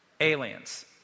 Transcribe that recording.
Aliens